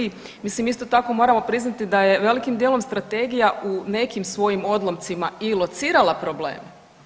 Isto tako moramo priznati da je velikim dijelom strategija u nekim svojim odlomcima i locirala problem.